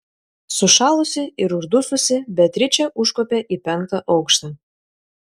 sušalusi ir uždususi beatričė užkopė į penktą aukštą